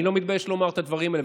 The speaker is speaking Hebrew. אני לא מתבייש לומר את הדברים האלה,